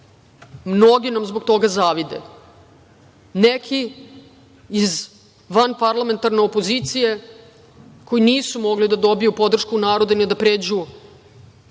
Mnogi nam zbog toga zavide, neki iz vanparlamentarne opozicije koji nisu mogli da dobiju podršku naroda, ni da pređu